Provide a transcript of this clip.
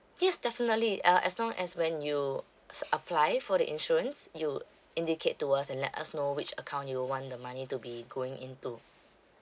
yes definitely uh as long as when you apply for the insurance you indicate to us and let us know which account you want the money to be going into